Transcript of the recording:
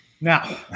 Now